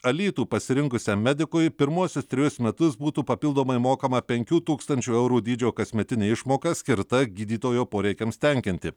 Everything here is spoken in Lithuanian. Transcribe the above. alytų pasirinkusiam medikui pirmuosius trejus metus būtų papildomai mokama penkių tūkstančių eurų dydžio kasmetinė išmoka skirta gydytojo poreikiams tenkinti